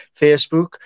Facebook